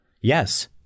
Yes